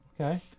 okay